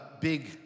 big